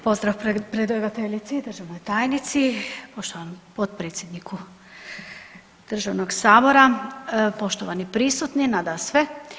Pozdrav predlagateljici, državnoj tajnici, poštovanom potpredsjedniku državnog Sabora, poštovani prisutni nadasve.